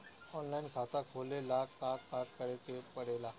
Online खाता खोले ला का का करे के पड़े ला?